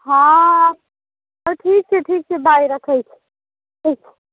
हँ हँ ठीक छै ठीक छै बाइ रखैत छी ठीक छै